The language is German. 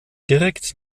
direkt